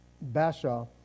Bashaw